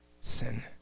sin